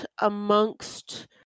amongst